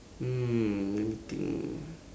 mm let me think